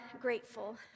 grateful